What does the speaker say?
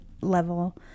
level